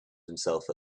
himself